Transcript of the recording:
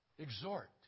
Exhort